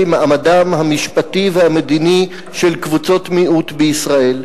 מעמדם המשפטי והמדיני של קבוצות מיעוט בישראל,